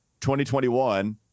2021